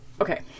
okay